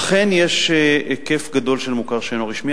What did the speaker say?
אכן יש היקף גדול של מוכר שאינו רשמי.